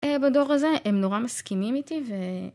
בדור הזה הם נורא מסכימים איתי ו...